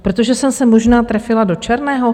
Protože jsem se možná trefila do černého?